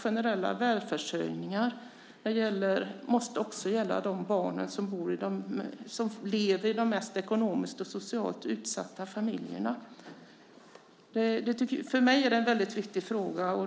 Generella välfärdshöjningar måste också gälla de barn som lever i de mest ekonomiskt och socialt utsatta familjerna. För mig är det en väldigt viktig fråga.